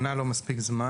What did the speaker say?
שנה היא לא מספיק זמן,